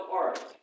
art